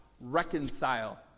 reconcile